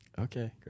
Okay